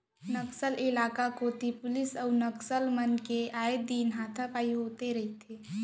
नक्सल इलाका कोती पुलिस अउ नक्सल मन के आए दिन हाथापाई होथे रहिथे